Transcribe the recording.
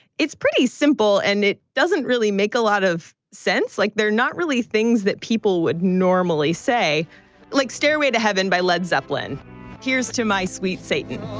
it's pretty simple and it doesn't really make a lot of sense. like, they're not really things that people would normally say like, like stairway to heaven by led zeppelin here's to my sweet satan,